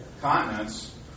continents